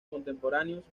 contemporáneos